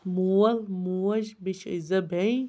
مول موج بیٚیہِ چھِ أسۍ زٕ بیٚنہِ